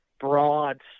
broad